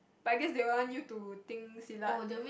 but I guess they will want you to think Silat that